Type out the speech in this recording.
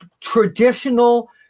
traditional